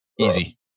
Easy